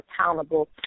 accountable